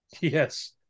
Yes